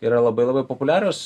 yra labai labai populiarios